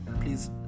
please